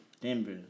Denver